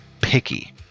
picky